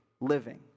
living